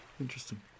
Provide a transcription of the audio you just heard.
interesting